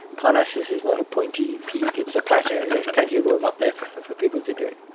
parnassus is not a pointy peak, it's a plateau and there's plenty of room up there for for people to do it.